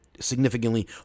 significantly